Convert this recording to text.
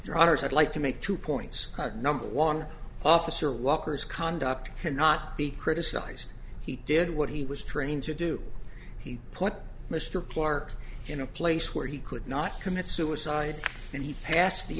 rogers i'd like to make two points number one officer walker's conduct cannot be criticised he did what he was trained to do he put mr clarke in a place where he could not commit suicide and he passed the